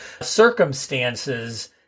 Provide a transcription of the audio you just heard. circumstances